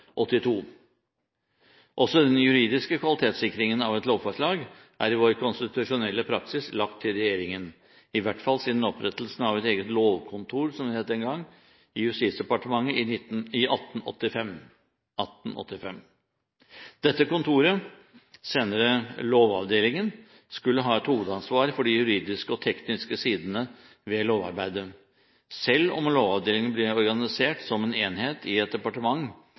Også den juridiske kvalitetssikringen av lovforslag er i vår konstitusjonelle praksis lagt til regjeringen, i hvert fall siden opprettelsen av et eget lovkontor, som det het den gang, i Justisdepartementet i 1885. Dette kontoret, senere Lovavdelingen, skulle ha et hovedansvar for de juridiske og tekniske sidene ved lovarbeidet. Selv om Lovavdelingen ble organisert som en enhet i et departement,